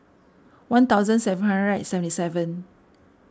one thousand seven hundred and seventy seven